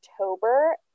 october